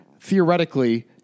theoretically